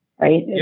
right